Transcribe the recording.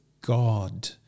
God